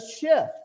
shift